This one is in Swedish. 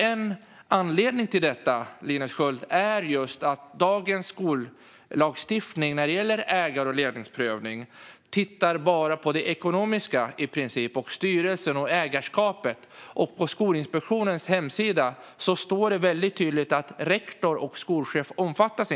En anledning till detta, Linus Sköld, är just att dagens skollagstiftning när det gäller ägar och ledningsprövning i princip bara tittar på det ekonomiska, styrelsen och ägarskapet. På Skolinspektionens hemsida står det väldigt tydligt att rektor och skolchef inte omfattas.